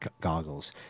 goggles